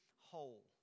whole